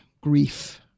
grief